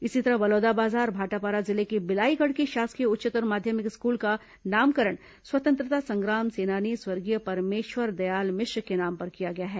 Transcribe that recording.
इसी तरह बलौदाबाजार भाटापारा जिले के बिलाईगढ़ की शासकीय उच्चतर माध्यमिक स्कूल का नामकरण स्वतंत्रता संग्राम सेनानी स्वर्गीय परमेश्वर दयाल मिश्र के नाम पर किया गया है